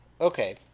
Okay